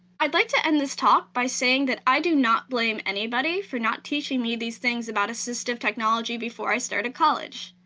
i'd like to end this talk by saying that i do not blame anybody for not teaching me these things about assistive technology before i started college,